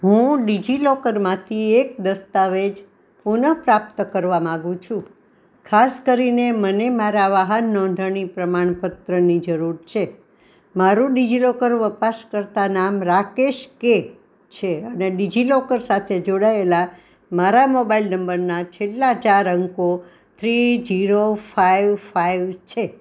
હું ડિજિલોકરમાંથી એક દસ્તાવેજ પુનઃપ્રાપ્ત કરવા માગું છું ખાસ કરીને મને મારા વાહન નોંધણી પ્રમાણપત્રની જરૂર છે મારું ડીજીલોકર વપરાશકર્તા નામ રાકેશ કે છે અને ડીજિલોકર સાથે જોડાયેલા મારા મોબાઈલ નંબરના છેલ્લા ચાર અંકો થ્રી જીરો ફાઇવ ફાઇવ છે